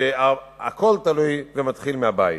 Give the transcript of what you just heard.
שהכול תלוי ומתחיל מהבית.